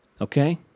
Okay